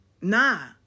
nah